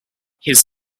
his